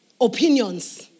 opinions